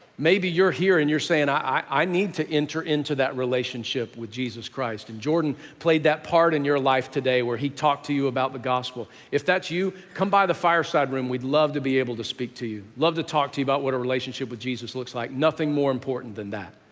maybe you're here and you're saying, i need to enter into that relationship with jesus christ, and jordan played that part in your life today where he talked to you about the gospel. if that's you, come by the fireside room. we'd love to be able to speak to you, love to talk to you about what a relationship with jesus looks like. nothing more important than that.